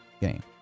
game